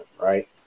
right